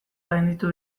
gainditu